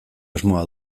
asmoa